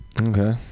Okay